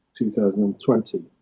2020